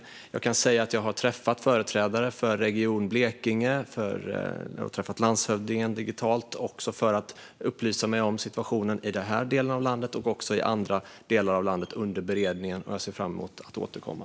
Men jag har under beredningen träffat företrädare för Region Blekinge digitalt, bland andra landshövdingen, för att informera mig om situationen i denna del av landet, och jag har gjort detsamma när det gäller andra delar av landet. Jag ser fram emot att återkomma.